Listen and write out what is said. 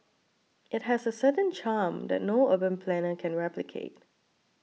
it has a certain charm that no urban planner can replicate